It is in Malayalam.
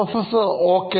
Professor Ok